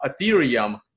Ethereum